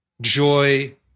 joy